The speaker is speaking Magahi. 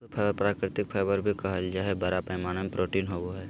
पशु फाइबर प्राकृतिक फाइबर भी कहल जा हइ, बड़ा पैमाना में प्रोटीन होवो हइ